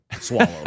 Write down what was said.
swallow